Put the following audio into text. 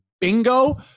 bingo